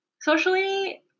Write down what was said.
socially